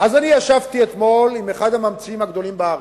אז אני ישבתי אתמול עם אחד הממציאים הגדולים בארץ,